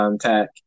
Tech